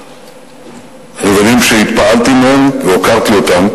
רבדים שהתפעלתי מהם והוקרתי אותם,